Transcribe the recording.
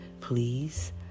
please